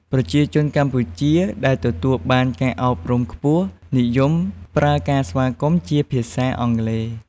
ប្រជាជនកម្ពុជាដែលទទួលបានការអប់រំខ្ពស់ និយមប្រើការស្វាគមន៍ជា ភាសាអង់គ្លេស។